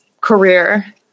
career